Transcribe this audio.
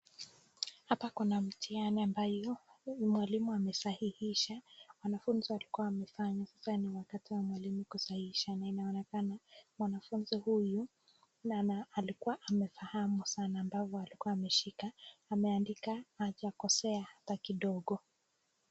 Hapa Kuna mithiani ambayo mwalimu amesahihisha wanafunzi walikuwa wamefanya sasa ni wakati wa mwalimu kusahisha, inaonekana mwanafunzi huyu alikuwa amefahamu sana kwa sababu alikuwa ameshika ameandika hajakosea hata kidogo.